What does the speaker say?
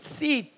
see